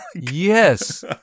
yes